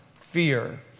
fear